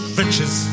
riches